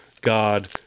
God